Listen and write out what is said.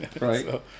right